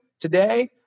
Today